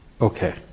okay